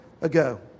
ago